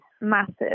massive